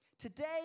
Today